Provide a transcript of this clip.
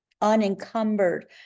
unencumbered